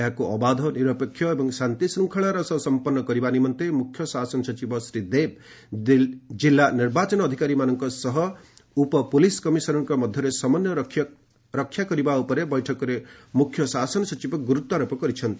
ଏହାକୁ ଅବାଧ ନିରପେକ୍ଷ ଏବଂ ଶାନ୍ତିଶୃଙ୍ଖଳାର ସହ ସମ୍ପନ୍ନ କରିବା ନିମନ୍ତେ ମୁଖ୍ୟ ଶାସନ ସଚିବ ଶ୍ରୀ ଦେବ କିଲ୍ଲା ନିର୍ବାଚନ ଅଧିକାରୀମାନଙ୍କ ସହ ଉପ ପୁଲିସ୍ କମିଶନରଙ୍କ ମଧ୍ୟରେ ସମନ୍ଧୟ ରକ୍ଷା କରିବା ଉପରେ ବୈଠକରେ ମୁଖ୍ୟ ଶାସନ ସଚିବ ଗୁରୁତ୍ୱାରୋପ କରିଛନ୍ତି